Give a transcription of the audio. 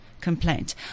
Complaint